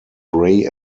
grey